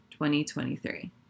2023